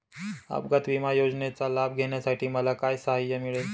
अपघात विमा योजनेचा लाभ घेण्यासाठी मला काय सहाय्य मिळेल?